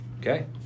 Okay